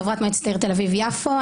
חברת מועצת תל-אביב יפו,